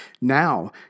Now